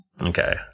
Okay